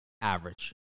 average